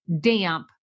damp